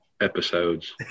episodes